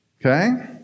Okay